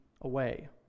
away